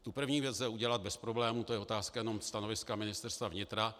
Tu první věc lze udělat bez problému, to je otázka jenom stanoviska Ministerstva vnitra.